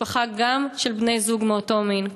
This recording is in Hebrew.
גם משפחה של בני-זוג מאותו מין,